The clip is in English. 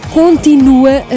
continua